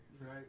Right